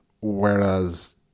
Whereas